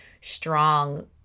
strong